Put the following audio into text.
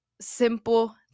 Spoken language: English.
simple